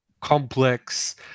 complex